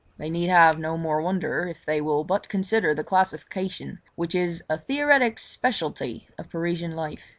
they need have no more wonder if they will but consider the classification which is a theoretic speciality of parisian life,